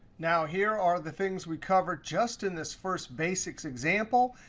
now, here are the things we covered just in this first basics example.